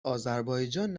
آذربایجان